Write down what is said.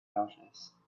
office